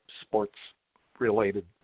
sports-related